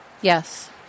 Yes